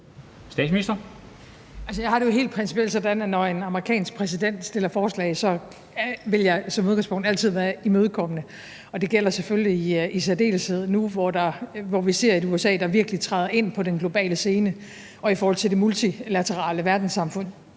Altså, jeg har det jo helt principielt sådan, at når en amerikansk præsident kommer med et forslag, så vil jeg som udgangspunkt altid være imødekommende, og det gælder selvfølgelig i særdeleshed nu, hvor vi ser et USA, der virkelig træder ind på den globale scene og i forhold til det multilaterale verdenssamfund